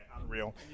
unreal